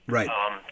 Right